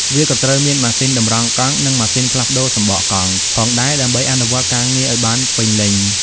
វាក៏ត្រូវមាន ម៉ាស៊ីនតម្រង់កង់ និង ម៉ាស៊ីនផ្លាស់ប្តូរសំបកកង់ ផងដែរដើម្បីអនុវត្តការងារឱ្យបានពេញលេញ។